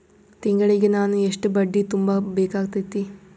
ತಿಂಗಳಿಗೆ ನಾನು ಎಷ್ಟ ಬಡ್ಡಿ ತುಂಬಾ ಬೇಕಾಗತೈತಿ?